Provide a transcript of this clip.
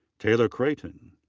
taylor creighton.